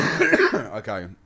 Okay